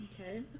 Okay